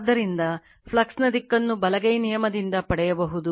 ಆದ್ದರಿಂದ ಫ್ಲಕ್ಸ್ ನ ದಿಕ್ಕನ್ನು ಬಲಗೈ ನಿಯಮದಿಂದ ಪಡೆಯಬಹುದು